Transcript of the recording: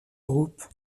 groupe